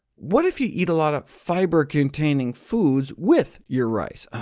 what if you eat a lot of fiber containing foods with your rice?